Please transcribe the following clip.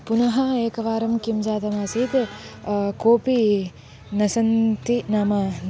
पुनः एकवारं किं जातम् आसीत् केपि न सन्ति नाम